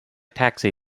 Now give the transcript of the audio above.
taxi